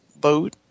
boat